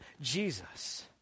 Jesus